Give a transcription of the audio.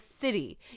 city